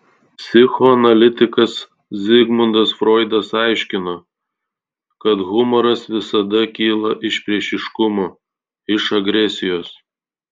psichoanalitikas zigmundas froidas aiškino kad humoras visada kyla iš priešiškumo iš agresijos